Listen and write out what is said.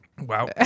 Wow